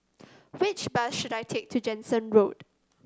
which bus should I take to Jansen Road